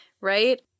right